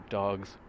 dogs